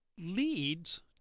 leads